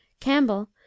Campbell